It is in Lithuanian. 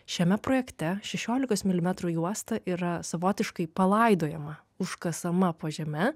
šiame projekte šešiolikos milimetrų juosta yra savotiškai palaidojama užkasama po žeme